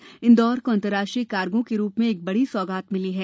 आज इंदौर को अंतर्राष्ट्रीय कार्गो के रूप में एक बड़ी सौगात मिली है